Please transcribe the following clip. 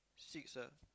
six ah